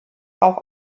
auch